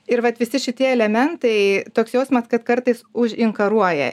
ir vat visi šitie elementai toks jausmas kad kartais už inkaruoja